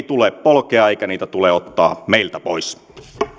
tule polkea eikä niitä tule ottaa meiltä pois